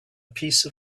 piece